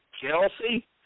Kelsey